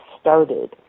started